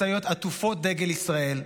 משאיות עטופות דגל ישראל,